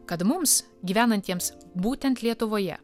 kad mums gyvenantiems būtent lietuvoje